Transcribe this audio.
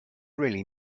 really